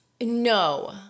no